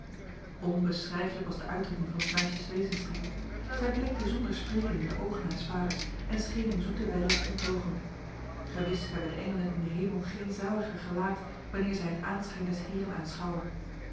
onbeschrijfelijk was de uitdrukking van s meisjes wezenstrekken zij blikte zonder spreken in de ogen haars vaders en scheen in zoete wellust onttogen gewis hebben de engelen in de hemel geen zaliger gelaat wanneer zij het aanschijn des heren aanschouwen